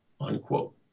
unquote